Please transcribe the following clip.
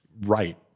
right